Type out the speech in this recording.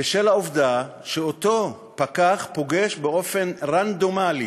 בשל העובדה שאותו פקח פוגש באופן רנדומלי